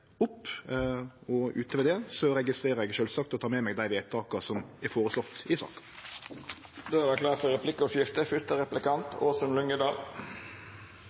og følgje dei opp. Utover det registrerer eg sjølvsagt og tek med meg dei vedtaka som er føreslått i saka. Det vert replikkordskifte. Det